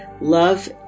love